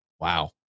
Wow